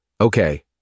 okay